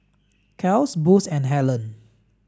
Kiehl's Boost and Helen